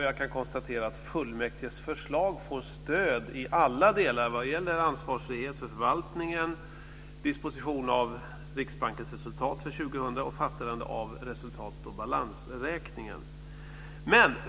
Jag kan konstatera att fullmäktiges förslag får stöd i alla delar vad gäller ansvarsfrihet för förvaltningen, disposition av Riksbankens resultat för år 2000 och fastställande av resultat och balansräkningen.